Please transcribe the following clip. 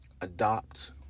Adopt